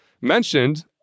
mentioned